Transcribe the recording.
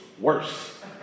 worse